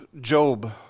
Job